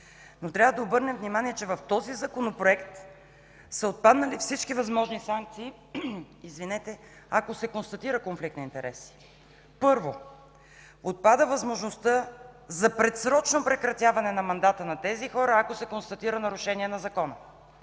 Трябва да обърнем внимание, че в този законопроект са отпаднали всички възможни санкции, ако се констатира конфликт на интереси. Първо, отпада възможността за предсрочно прекратяване мандата на тези хора, ако се констатира нарушение на закона.